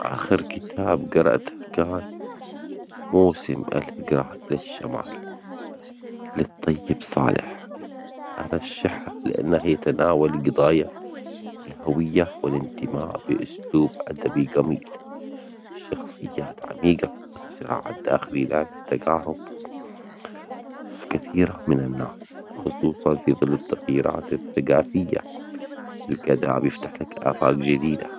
آخر كتاب جرأته كان موسم الهجرة إلى الشمال للطيب صالح، أرشحه لأنه يتناول جضايا الهوية والانتماء بأسلوب أدبي جميل، شخصيات عميجة، الصراع الداخلي لتجارب كثيرة من الناس خصوصًا في كل التغييرات الثجافية الكذا عم يفتح لك آفاج جديدة.